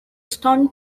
stunned